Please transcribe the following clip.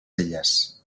elles